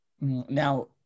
Now